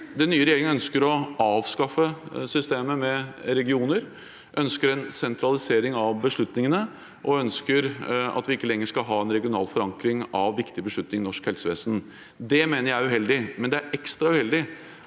Den nye regjeringen ønsker å avskaffe systemet med regioner, de ønsker en sentralisering av beslutningene og at vi ikke lenger skal ha en regional forankring av viktige beslutninger i norsk helsevesen. Det mener jeg er uheldig, men det er ekstra uheldig